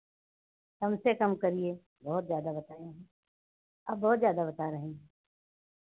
कम से कम करिए बहुत ज़्यादा बताए हैं आप बहुत ज़्यादा बता रहे हैं